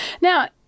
Now